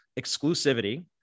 exclusivity